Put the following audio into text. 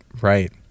Right